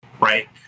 right